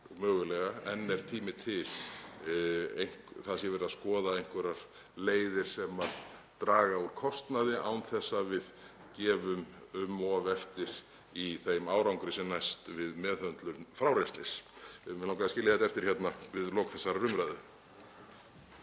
er enn tími til, sé verið að skoða einhverjar leiðir sem draga úr kostnaði án þess að við gefum um of eftir í þeim árangri sem næst við meðhöndlun frárennslis. Mig langaði að skilja þetta eftir hérna við lok þessarar umræðu.